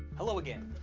hello, again.